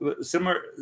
similar